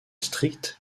stricte